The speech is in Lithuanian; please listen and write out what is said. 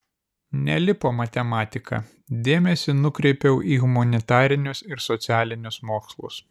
nelipo matematika dėmesį nukreipiau į humanitarinius ir socialinius mokslus